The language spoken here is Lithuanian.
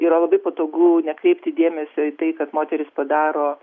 yra labai patogu nekreipti dėmesio į tai kad moterys padaro